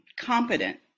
competent